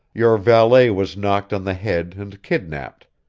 your valet was knocked on the head and kidnaped,